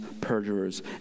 perjurers